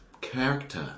character